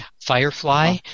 Firefly